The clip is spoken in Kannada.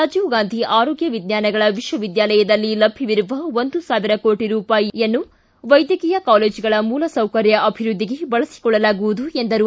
ರಾಜೀವ ಗಾಂಧಿ ಆರೋಗ್ಯ ವಿಜ್ಞಾನಗಳ ವಿಶ್ವವಿದ್ಯಾಲಯದಲ್ಲಿ ಲಭ್ಯವಿರುವ ಒಂದು ಸಾವಿರ ಕೋಟಿ ರೂಪಾಯಿಯನ್ನು ವೈದ್ಯಕೀಯ ಕಾಲೇಜುಗಳ ಮೂಲ ಸೌಕರ್ಯ ಅಭಿವೃದ್ಧಿಗೆ ಬಳಸಿಕೊಳ್ಳಲಾಗುವುದು ಎಂದರು